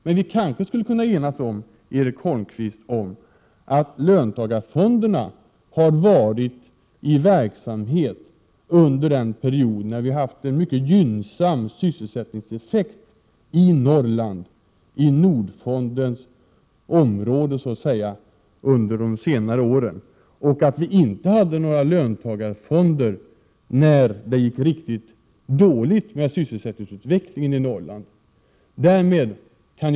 Men vi kanske skulle kunna enas om, Erik Holmkvist, att löntagarfonderna har varit i verksamhet under en period då vi haft en mycket gynnsam sysselsättningstillväxt i Norrland, i Nordfondens område så att säga, och att vi inte hade några löntagarfonder då sysselsättningsutvecklingen var riktigt dålig i Norrland.